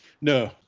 No